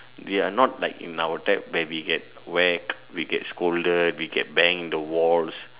they are not like in our time where we get whacked we get scolded we get banged in the walls